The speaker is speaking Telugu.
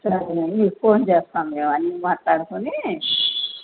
సరేనండి మీకు ఫోన్ చేస్తాము మేము అన్నీ మాట్లాడుకోని